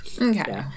Okay